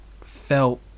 felt